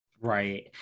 Right